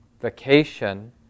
vacation